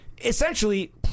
essentially